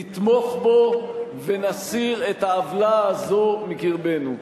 נתמוך בו ונסיר את העוולה הזאת מקרבנו.